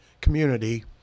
community